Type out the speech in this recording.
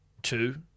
Two